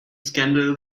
scandal